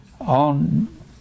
on